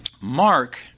Mark